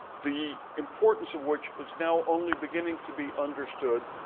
the importance of which is now only beginning to be understood.